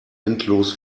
endlos